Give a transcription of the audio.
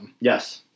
Yes